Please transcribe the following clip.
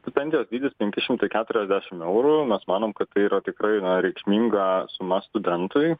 stipendijos dydis penki šimtai keturiasdešimt eurų mes manom kad tai yra tikrai na reikšminga suma studentui